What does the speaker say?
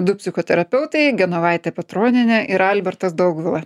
du psichoterapeutai genovaitė petronienė ir albertas daugvila